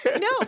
No